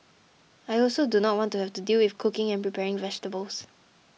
I also do not want to have to deal with cooking and preparing vegetables